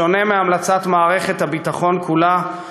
בשונה מהמלצת מערכת הביטחון כולה,